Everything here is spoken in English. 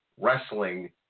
wrestling